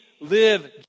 live